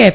F